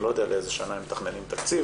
אני לא יודע לאיזו שנה הם מתכננים תקציב